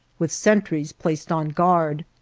with sentries placed on guard.